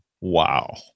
Wow